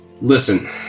Listen